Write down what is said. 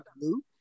Blue